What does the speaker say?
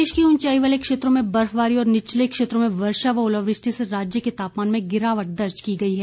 प्रदेश के ऊंचाई वाले क्षेत्रों में बर्फबारी और निचले क्षेत्रों में वर्षा व ओलावृष्टि से राज्य के तापमान में गिरवाट दर्ज की गई है